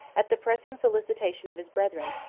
at the pressing solicitation of his brethren,